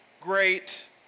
great